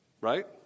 Right